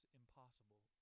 impossible